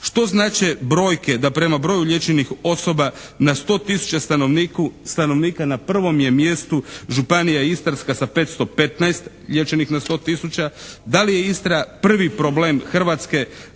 Što znače brojke da prema broju liječenih osoba na 100 tisuća stanovnika na prvom je mjestu Županija istarska sa 515 liječenih na 100 tisuća. Da li je Istra prvi problem Hrvatske kada je